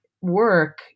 work